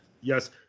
Yes